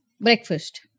breakfast